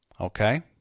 Okay